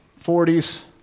40s